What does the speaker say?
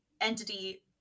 entity